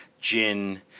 gin